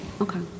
Okay